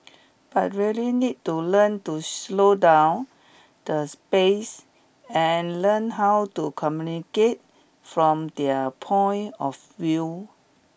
but really need to learn to slow down the space and learn how to communicate from their point of view